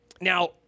now